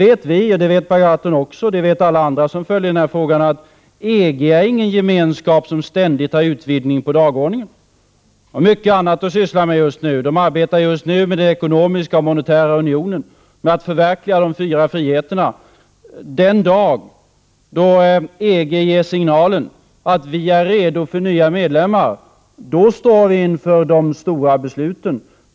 Vi vet, det vet Per Gahrton och alla andra som följer den här frågan, att EG inte är någon gemenskap som ständigt har utvidgning på sin dagordning. De har mycket annat att arbeta med. Just nu arbetar de med den ekonomiska och monetära unionen, med att förverkliga de fyra friheterna. Den dag då EG ger signalen att de är redo att ta emot nya medlemmar, då står vi inför de stora besluten.